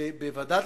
בוועדה